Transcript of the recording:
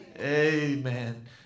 Amen